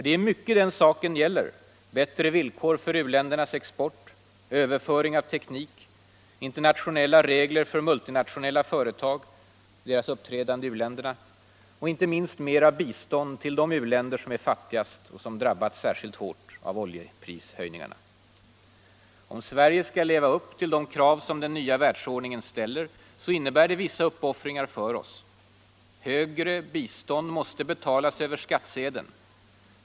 Det är mycket saken gäller: bättre villkor för u-ländernas export, överföring av teknik, internationella regler för multinationella företags uppträdande i u-länderna och inte minst mer av bistånd till de u-länder som är fattigast och som drabbats särskilt hårt av oljeprishöjningarna. Om Sverige skall leva upp till de krav som den nya världsordningen ställer innebär det vissa ”uppoffringar” för oss. Högre bistånd måste betalas över skattsedeln.